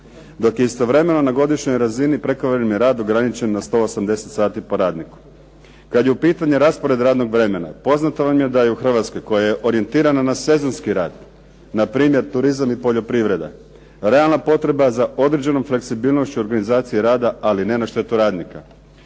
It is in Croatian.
dok je istovremeno na godišnjoj razini prekovremeni rad ograničen na 180 sati po radniku. Kad je u pitanju raspored radnog vremena, poznato vam je da je u Hrvatskoj, koja je orijentirana na sezonski rad npr. turizam i poljoprivreda, realna potreba za određenom fleksibilnošću organizacije rada, ali ne na štetu radnika.